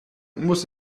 muss